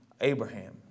Abraham